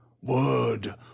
word